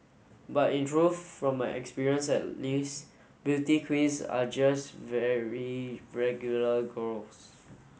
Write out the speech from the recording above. but in truth from my experience at least beauty queens are just very regular girls